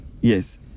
Yes